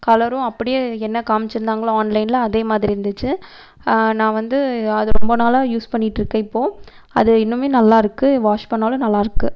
கலரும் அப்படியே என்ன காமிச்சுருந்தாங்களோ ஆன்லைனில் அதே மாதிரி இருந்துச்சு நான் வந்து அது ரொம்ப நாளாக யூஸ் பண்ணிகிட்டு இருக்கேன் இப்போது அது இன்னும் நல்லாயிருக்கு வாஷ் பண்ணாலும் நல்லாயிருக்கு